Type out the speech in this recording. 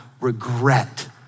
regret